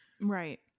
Right